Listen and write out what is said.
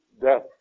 death